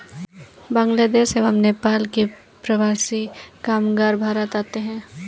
बांग्लादेश एवं नेपाल से प्रवासी कामगार भारत आते हैं